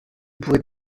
pourrai